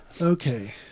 Okay